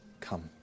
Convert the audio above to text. come